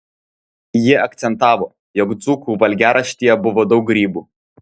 ji akcentavo jog dzūkų valgiaraštyje buvo daug grybų